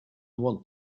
want